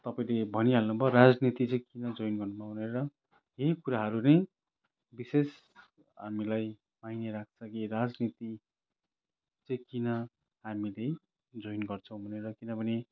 तपाईँले भनिहाल्नुभयो राजनीति चाहिँ किन जोइन गर्नुभयो भनेर यही कुराहरू नै विशेष हामीलाई माइने राख्छ कि राजनीति चाहिँ किन हामीले जोइन गर्छौँ भनेर किनभने